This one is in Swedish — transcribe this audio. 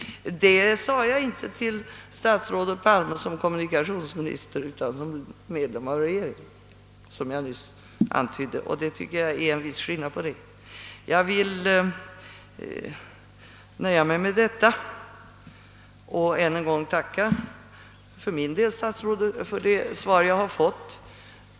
Detta sade jag inte till statsrådet Palme såsom kommunikationsminister utan som medlem av regeringen — vilket jag nyss antydde — och det tycker jag är en viss skillnad. Jag vill nöja mig med detta och tackar för min del än en gång statsrådet Palme för det svar som jag har fått.